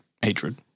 hatred